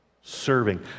serving